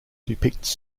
depicts